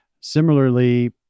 Similarly